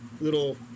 little